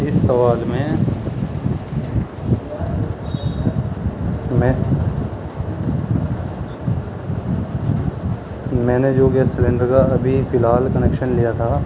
اس سوال میں میں میں نے جو گیس سلینڈر کا ابھی فی الحال کنیکشن لیا تھا